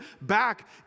back